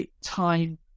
time